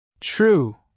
True